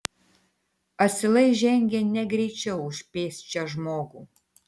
asilai žengė negreičiau už pėsčią žmogų